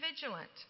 vigilant